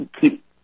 keep